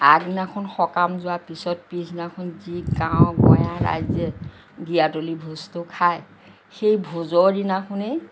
আগদিনাখন সকাম যোৱাৰ পিছত পিছদিনাখন যি গাঁৱৰ গঞা ৰাইজে গিয়াতলী ভোজটো খায় সেই ভোজৰ দিনাখনেই